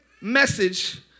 message